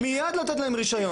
מיד לתת להם רישיון.